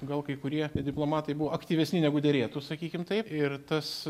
gal kai kurie diplomatai buvo aktyvesni negu derėtų sakykim taip ir tas